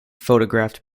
photographed